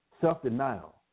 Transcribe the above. self-denial